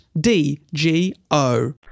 D-G-O